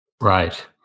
Right